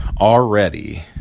already